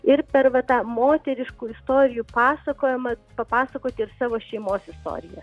ir per va tą moteriškų istorijų pasakojamą papasakoti ir savo šeimos istoriją